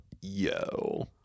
yo